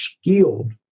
skilled